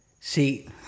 See